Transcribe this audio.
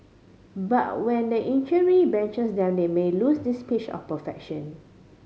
but when the injury benches their they may lose this pitch of perfection